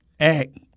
Act